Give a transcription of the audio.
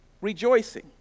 rejoicing